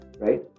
right